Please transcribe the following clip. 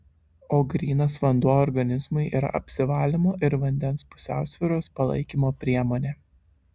o grynas vanduo organizmui yra apsivalymo ir vandens pusiausvyros palaikymo priemonė